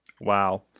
Wow